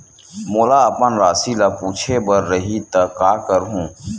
मोला अपन राशि ल पूछे बर रही त का करहूं?